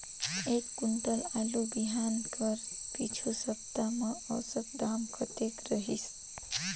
एक कुंटल आलू बिहान कर पिछू सप्ता म औसत दाम कतेक रहिस?